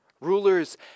rulers